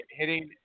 hitting